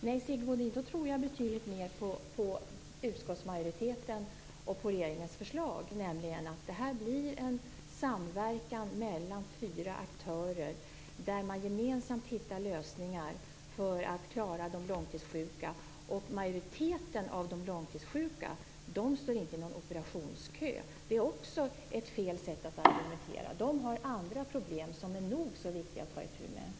Nej, Sigge Godin, då tror jag betydligt mer på utskottsmajoriteten och på regeringens förslag, nämligen att det blir en samverkan mellan fyra aktörer där man gemensamt hittar lösningar för att klara de långtidssjuka. Majoriteten av de långtidssjuka står inte i någon operationskö. Det är också fel sätt att argumentera. De har andra problem som är nog så viktiga att ta itu med.